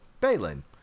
Balin